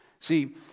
See